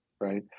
right